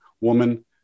woman